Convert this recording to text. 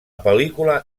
pel·lícula